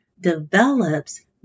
develops